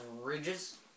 ridges